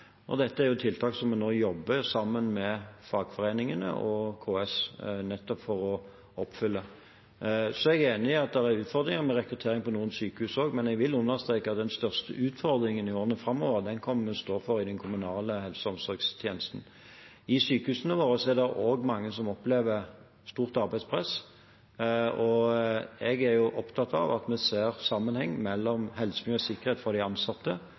Dette er tiltak som vi nå jobber med sammen med fagforeningene og KS for å oppfylle. Så er jeg enig i at det er utfordringer med rekrutteringen ved noen sykehus, men jeg vil understreke at den største utfordringen i årene framover kommer til å være i den kommunale helse- og omsorgstjenesten. Ved sykehusene våre er det også mange som opplever stort arbeidspress. Jeg er opptatt av at vi ser helse, miljø og sikkerhet for de ansatte